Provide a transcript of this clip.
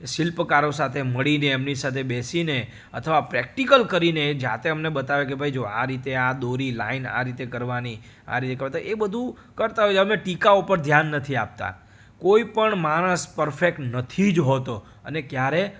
શિલ્પકારો સાથે મળીને એમની સાથે બેસીને અથવા પ્રેક્ટિકલ કરીને એ જાતે અમને બતાવે કે ભાઈ જો આ રીતે આ દોરી લાઈન આ રીતે કરવાની આ રીતે કરવાન તો એ બધું કરતાં હોય છે અમે ટીકાઓ પર ધ્યાન નથી આપતા કોઈપણ માણસ પરફેક્ટ નથી જ હોતો અને ક્યારેય